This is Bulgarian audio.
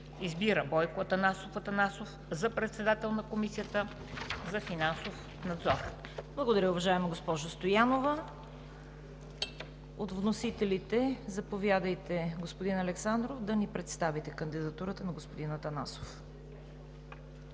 Избира Бойко Атанасов Атанасов за председател на Комисията за финансов надзор.“ ПРЕДСЕДАТЕЛ ЦВЕТА КАРАЯНЧЕВА: Благодаря, уважаема госпожо Стоянова. От вносителите – заповядайте, господин Александров, да ни представите кандидатурата на господин Атанасов